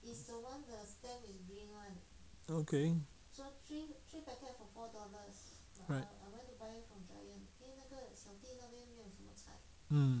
okay mm